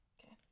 Okay